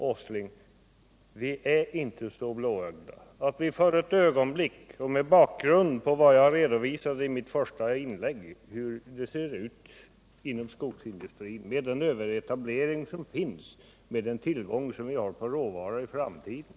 Jag har i mitt första inlägg redovisat hur det ser ut inom skogsindustrin — den överetablering som finns och den brist på råvara som vi kan räkna med i framtiden.